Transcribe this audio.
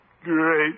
Great